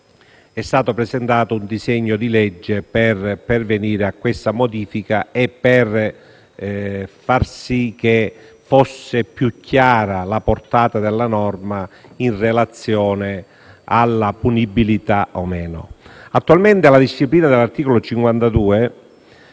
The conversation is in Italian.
è stato presentato un disegno di legge per pervenire a questa modifica e per far sì che fosse più chiara la portata della norma in relazione alla punibilità o meno. Attualmente la disciplina dell'articolo 52